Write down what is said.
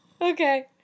Okay